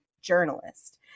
journalist